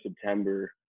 September